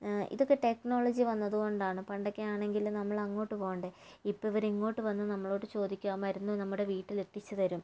ഇതൊക്കെ ടെക്നോളജി വന്നതുകൊണ്ടാണ് പണ്ടൊക്കെ ആണെങ്കില് നമ്മള് അങ്ങോട്ട് പോകണ്ടേ ഇപ്പം ഇവര് ഇങ്ങോട്ട് വന്ന് നമ്മളോട് ചോദിക്കുവാണ് മരുന്ന് നമ്മുടെ വീട്ടിൽ എത്തിച്ചു തരും